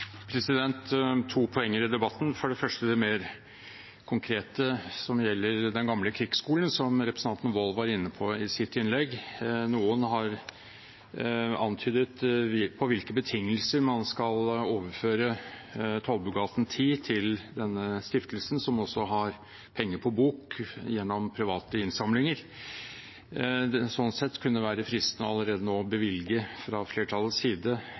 to poenger i debatten: Først til det mer konkrete, som gjelder Den gamle krigsskolen, som representanten Wold var inne på i sitt innlegg. Noen har antydet på hvilke betingelser man skal overføre Tollbugata 10 til denne stiftelsen, som også har penger på bok gjennom private innsamlinger. Sånn sett kunne det være fristende allerede nå å bevilge, fra flertallets side,